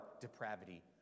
depravity